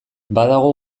badago